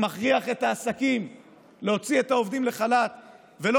שמכריח את העסקים להוציא את העובדים לחל"ת ולא